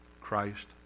Christ